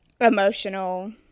Emotional